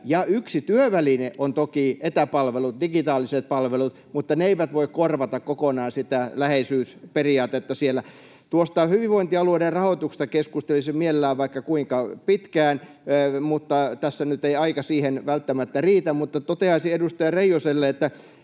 yksi työväline on toki etäpalvelut, digitaaliset palvelut, mutta ne eivät voi korvata kokonaan sitä läheisyysperiaatetta siellä. Tuosta hyvinvointialueiden rahoituksesta keskustelisin mielelläni vaikka kuinka pitkään, mutta tässä nyt ei aika siihen välttämättä riitä. Mutta toteaisin edustaja Reijoselle, että